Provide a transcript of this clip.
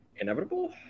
inevitable